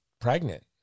pregnant